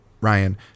Ryan